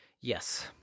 yes